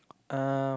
um